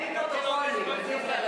גם אין פרוטוקולים, אז אי-אפשר לדעת.